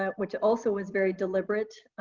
ah which also was very deliberate,